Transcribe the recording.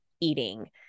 eating